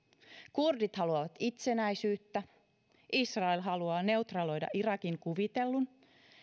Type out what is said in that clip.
kurdit haluavat itsenäisyyttä israel haluaa neutraloida irakin kuvitellun